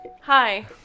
hi